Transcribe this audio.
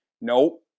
Nope